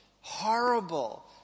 horrible